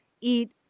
eat